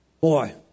Boy